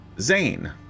Zane